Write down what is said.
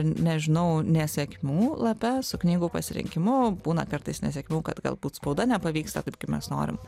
nežinau nesėkmių lape su knygų pasirinkimu būna kartais nesėkmių kad galbūt spauda nepavyksta taip kaip mes norim